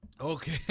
Okay